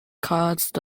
caused